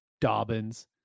Dobbins